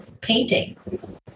painting